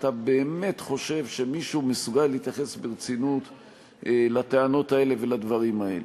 אתה באמת חושב שמישהו מסוגל להתייחס ברצינות לטענות האלה ולדברים האלה?